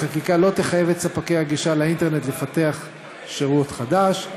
החקיקה לא תחייב את ספקי הגישה לאינטרנט לפתח שירות חדש.